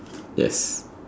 yes